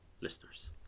listeners